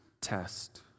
test